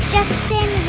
Justin